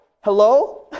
Hello